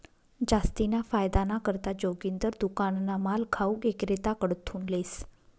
जास्तीना फायदाना करता जोगिंदर दुकानना माल घाऊक इक्रेताकडथून लेस